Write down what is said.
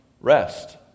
rest